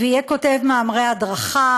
ויהיה כותב מאמרי הדרכה,